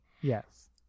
Yes